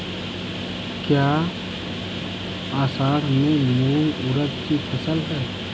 क्या असड़ में मूंग उर्द कि फसल है?